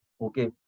okay